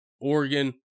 Oregon